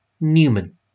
Newman